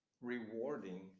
rewarding